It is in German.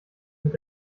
mit